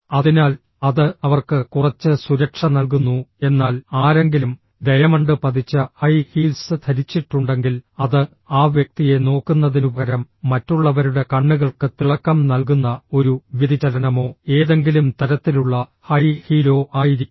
അതിനാൽ അത് അവർക്ക് കുറച്ച് സുരക്ഷ നൽകുന്നു എന്നാൽ ആരെങ്കിലും ഡയമണ്ട് പതിച്ച ഹൈ ഹീൽസ് ധരിച്ചിട്ടുണ്ടെങ്കിൽ അത് ആ വ്യക്തിയെ നോക്കുന്നതിനുപകരം മറ്റുള്ളവരുടെ കണ്ണുകൾക്ക് തിളക്കം നൽകുന്ന ഒരു വ്യതിചലനമോ ഏതെങ്കിലും തരത്തിലുള്ള ഹൈ ഹീലോ ആയിരിക്കും